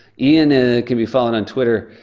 ian ah can be followed on twitter.